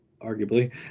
arguably